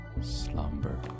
Slumber